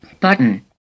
Button